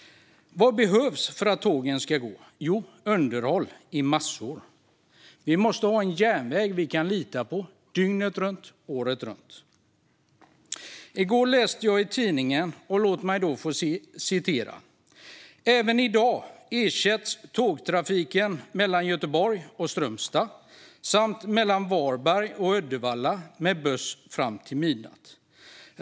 Vad behövs för att tågen ska gå? Jo, underhåll i massor. Vi måste ha en järnväg vi kan lita på dygnet runt, året om. I går läste jag följande i tidningen: "Även idag ersätts tågtrafiken mellan Göteborg och Strömstad, samt mellan Varberg och Uddevalla, med buss fram till midnatt.